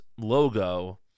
logo